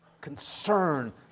concern